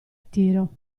tiro